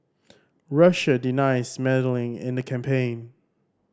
Russia denies meddling in the campaign